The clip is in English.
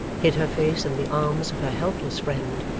hid her face in the arms of her helpless friend,